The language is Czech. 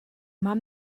mám